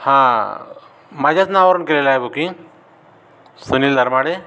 हां माझ्याच नावावरून केलेलं आहे बुकिंग सुनील दरमाडे